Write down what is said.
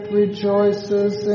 rejoices